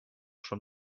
from